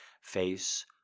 Face